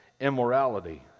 immorality